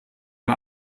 war